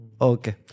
Okay